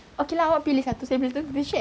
okay lah awak pilih satu lepas tu kita share